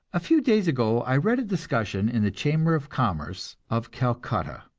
a few days ago i read a discussion in the chamber of commerce of calcutta.